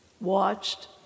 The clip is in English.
watched